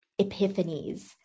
epiphanies